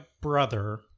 brother